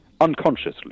unconsciously